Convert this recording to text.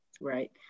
Right